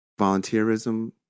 volunteerism